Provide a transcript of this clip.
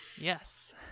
Yes